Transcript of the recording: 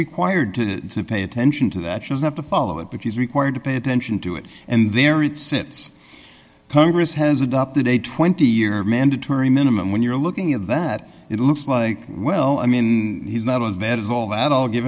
required to pay attention to that is not to follow it but she was required to pay attention to it and there it sits congress has adopted a twenty year mandatory minimum when you're looking at that it looks like well i mean he's not as bad as all that i'll give